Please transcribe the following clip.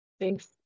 Thanks